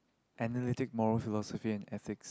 analytic mono philosophy and ethics